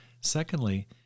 Secondly